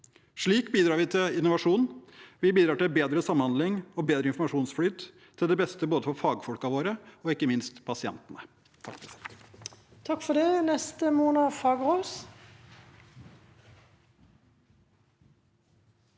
Slik bidrar vi til innovasjon, vi bidrar til bedre samhandling og bedre informasjonsflyt, til beste for både fagfolkene våre og – ikke minst – pasientene.